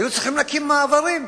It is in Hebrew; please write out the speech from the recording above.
היו צריכים להקים מעברים.